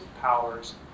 powers